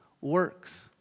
works